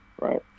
right